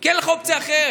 כי אין לך אופציה אחרת.